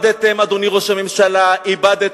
אדוני ראש הממשלה, איבדתם.